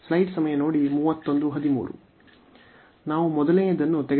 ನಾವು ಮೊದಲನೆಯದನ್ನು ತೆಗೆದುಕೊಳ್ಳೋಣ